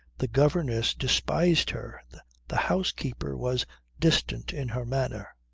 the governess despised her. the the housekeeper was distant in her manner.